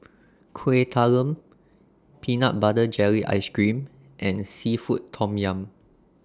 Kueh Talam Peanut Butter Jelly Ice Cream and Seafood Tom Yum